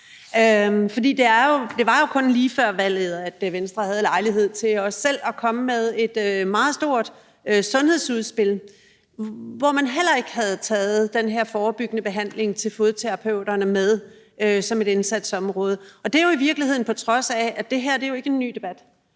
for det var jo først lige før valget, at Venstre havde lejlighed til selv at komme med et meget stort sundhedsudspil, hvor man heller ikke havde taget den her forebyggende behandling hos fodterapeuterne med som et indsatsområde. Og det er jo i virkeligheden, på trods af at det her ikke er en ny debat;